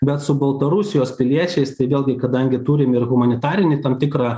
bet su baltarusijos piliečiais tai vėlgi kadangi turim ir humanitarinį tam tikrą